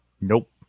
nope